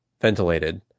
ventilated